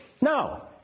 No